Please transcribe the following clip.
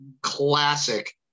classic